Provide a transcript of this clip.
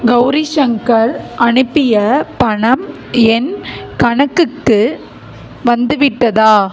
கௌரி சங்கர் அனுப்பிய பணம் என் கணக்குக்கு வந்துவிட்டதா